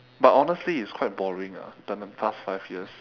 but honestly it's quite boring ah the the past five years